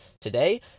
today